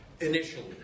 initially